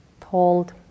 told